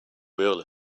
real